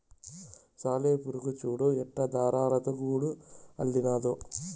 సాలెపురుగు చూడు ఎట్టా దారాలతో గూడు అల్లినాదో